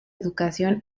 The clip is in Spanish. educación